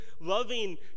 loving